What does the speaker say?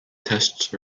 tests